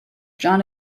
john